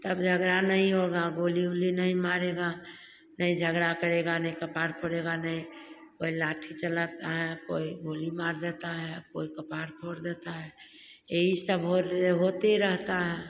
तब झगरा नई होगा गोली ओली नहीं मारेगा नहीं झगरा करेगा नहीं कपार फोड़ेगा नहीं कोई लाठी चलाता है कोई गोली मार देता है या कोई कपार फोड़ देता है एई सब होते रहेता है